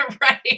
right